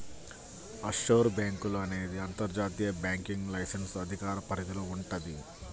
offshore బ్యేంకులు అనేది అంతర్జాతీయ బ్యాంకింగ్ లైసెన్స్ అధికార పరిధిలో వుంటది